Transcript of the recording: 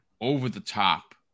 over-the-top